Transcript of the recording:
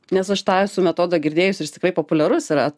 nes aš tą esu metodą girdėjus ir jis tikrai populiarus yra